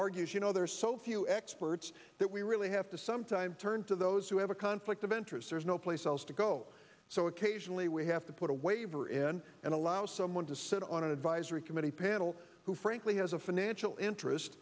argues you know there are so few experts that we really have to sometimes turn to those who have a conflict of interest there's no place else to go so occasionally we have to put a waiver in and allow someone to sit on an advisory committee panel who frankly has a financial interest